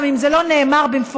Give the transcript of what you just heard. גם אם זה לא נאמר במפורש,